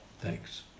Thanks